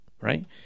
right